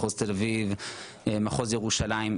מחוז תל אביב או מחוז ירושלים.